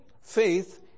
faith